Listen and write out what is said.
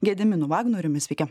gediminu vagnoriumi sveiki